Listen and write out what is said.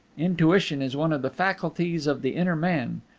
intuition is one of the faculties of the inner man,